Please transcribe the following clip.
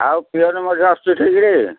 ଆଉ ପିଅନ୍ ମଧ୍ୟ ଆସୁଛି ଠିକ୍ରେ